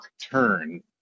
turn